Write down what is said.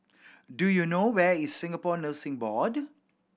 do you know where is Singapore Nursing Board